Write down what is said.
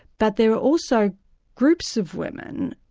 but there are also groups of women,